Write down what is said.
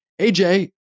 AJ